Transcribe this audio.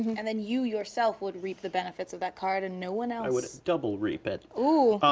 and then you, yourself would reap the benefits of that card and no one else. i would double reap it. ooh.